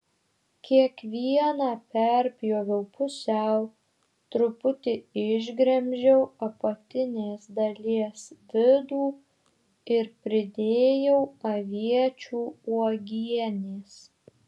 kiekvieną perpjoviau pusiau truputį išgremžiau apatinės dalies vidų ir pridėjau aviečių uogienės